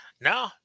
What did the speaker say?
No